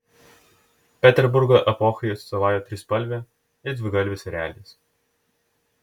peterburgo epochai atstovauja trispalvė ir dvigalvis erelis